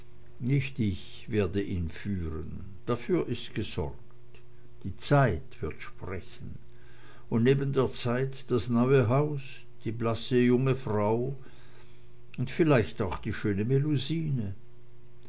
nicht ich werde ihn führen dafür ist gesorgt die zeit wird sprechen und neben der zeit das neue haus die blasse junge frau und vielleicht auch die schöne